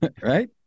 Right